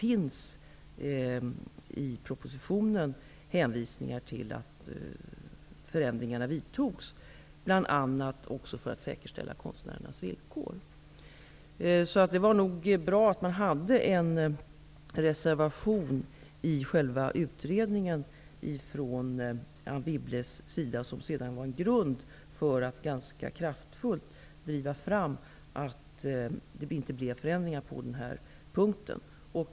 I propositionen finns hänvisningar till att förändringarna har vidtagits, bl.a. för att säkerställa konstnärernas villkor. Det var nog bra att det fanns en reservation från Anne Wibble i själva utredningen. Det blev en grund för att ganska kraftfullt driva fram att det inte skulle bli förändringar på den punkten.